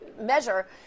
measure